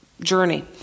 journey